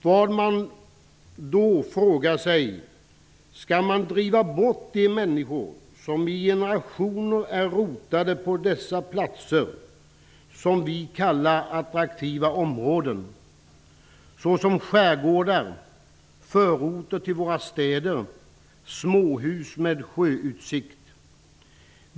Vad man då frågar sig är om man skall driva bort de människor som sedan generationer är rotade på dessa platser som vi kallar attraktiva områden såsom skärgårdar, förorter till våra städer och småhus med sjöutsikt.